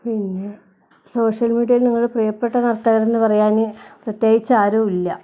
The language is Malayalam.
പിന്നെ സോഷ്യൽ മീഡിയയിൽ നിങ്ങൾ പ്രിയപ്പെട്ട നർത്തകരെന്ന് പറയാൻ പ്രത്യേകിച്ചാരും ഇല്ല